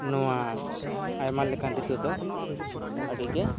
ᱱᱚᱣᱟ ᱟᱭᱢᱟ ᱞᱮᱠᱟᱱ ᱨᱤᱛᱩ ᱫᱚ ᱟᱹᱰᱤ ᱜᱮ